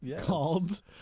called